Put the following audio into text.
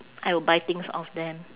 I will buy things off them